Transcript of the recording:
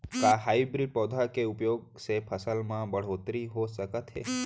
का हाइब्रिड पौधा के उपयोग से फसल म बढ़होत्तरी हो सकत हे?